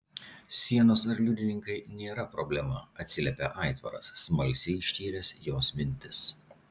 sienos ar liudininkai nėra problema atsiliepė aitvaras smalsiai ištyręs jos mintis